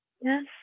Yes